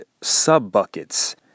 sub-buckets